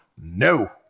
No